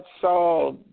saw